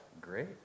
Great